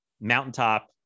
mountaintop